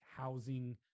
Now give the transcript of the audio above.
housing